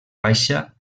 baixa